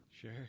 Sure